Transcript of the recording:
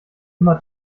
immer